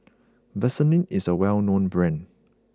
Vaselin is a well known brand